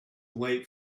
late